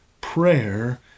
Prayer